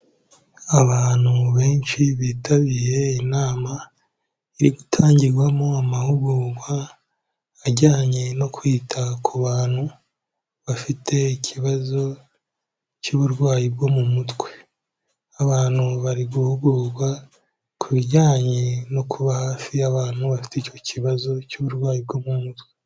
Abantu benshi bitabiye inama iri gutangirwamo amahugurwa ajyanye no kwita ku bantu bafite ikibazo cy'uburwayi bwo mu mutwe, abantu bari guhugurwa ku bijyanye no kuba hafi y'abantu bafite icyo kibazo cy'uburwayi bwo mu mutwe.